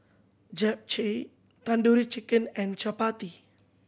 Japchae Tandoori Chicken and Chapati